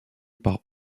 par